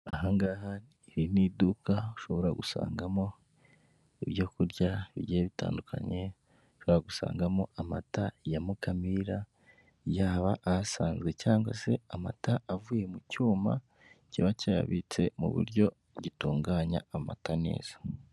Aha ngaha iri ni iduka ushobora gusangamo ibyo kurya bigiye bitandukanye ushobora gusangamo amata ya Mukamira, yaba ahasanzwe cyangwa se amata avuye mu cyuma kiba kiyabitse mu buryo gitunganya amata neza.